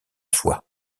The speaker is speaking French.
foi